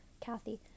Kathy